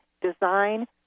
design